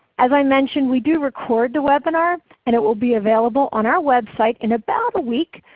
as i mentioned, we do record the webinar and it will be available on our website in about a week.